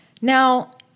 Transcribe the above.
Now